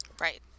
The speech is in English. right